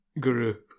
guru